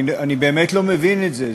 אני באמת לא מבין את זה.